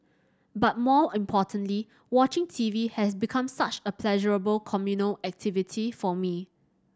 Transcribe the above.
but more importantly watching TV has become such a pleasurable communal activity for me